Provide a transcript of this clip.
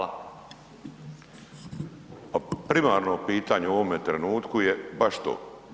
A primarno pitanje u ovome trenutku je baš to.